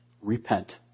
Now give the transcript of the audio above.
repent